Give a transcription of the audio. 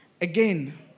again